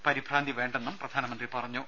പരിഭ്രാന്തി വേണ്ടെന്നും പ്രധാനമന്ത്രി പറഞ്ഞു